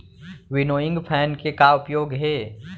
Winnowing fan के का उपयोग हे?